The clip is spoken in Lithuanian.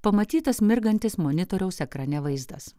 pamatytas mirgantis monitoriaus ekrane vaizdas